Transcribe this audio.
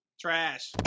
Trash